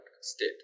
state